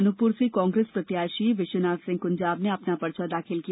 अनूपपुर से कांग्रेस प्रत्याशी विश्वनाथ सिंह कुंजाम ने अपना पर्चा दाखिल किया